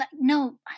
No